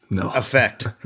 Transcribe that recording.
effect